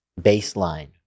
baseline